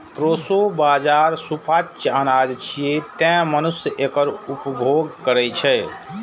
proso बाजारा सुपाच्य अनाज छियै, तें मनुष्य एकर उपभोग करै छै